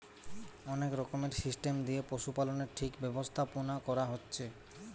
অনেক রকমের সিস্টেম দিয়ে পশুপালনের ঠিক ব্যবস্থাপোনা কোরা হচ্ছে